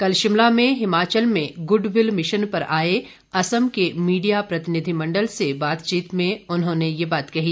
कल शिमला में हिमाचल में गुड विल मिशन पर आए असम के मीडिया प्रतिनिधिमंडल से बातचीत में उन्होंने ये बात कही